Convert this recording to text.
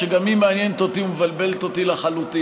שגם היא מעניינת אותי ומבלבלת אותי לחלוטין.